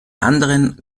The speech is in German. anderen